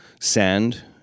sand